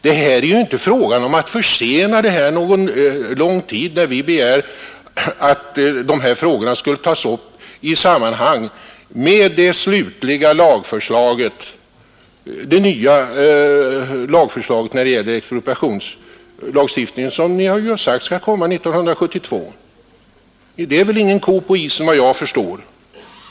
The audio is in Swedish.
Det är inte fråga om att försena ett beslut någon längre tid när vi begär att dessa frågor skulle tas upp i samband med det nya förslaget om expropriationslagstiftningen som ni har sagt skall komma 1972. Det är vad jag förstår ingen ko på isen.